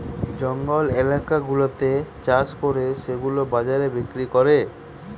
জঙ্গল এলাকা গুলাতে চাষ করে সেগুলা বাজারে বিক্রি করে